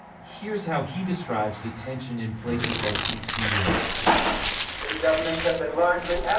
here's how he describes the tension in places like east new york city governments have been largely yeah